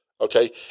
Okay